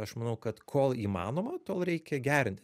aš manau kad kol įmanoma tol reikia gerinti